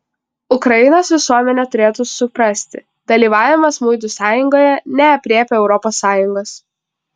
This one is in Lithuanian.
ukrainos visuomenė turėtų suprasti dalyvavimas muitų sąjungoje neaprėpia europos sąjungos